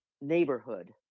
neighborhood